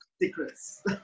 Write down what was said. secrets